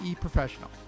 professional